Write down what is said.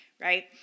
right